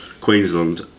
Queensland